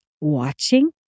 watching